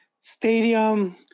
stadium